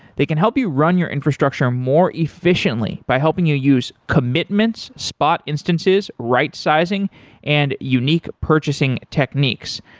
they can help you run your infrastructure more efficiently by helping you use commitments, spot instances, rightsizing and unique purchasing techniques.